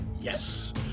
Yes